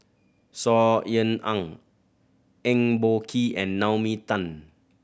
Saw Ean Ang Eng Boh Kee and Naomi Tan